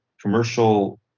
commercial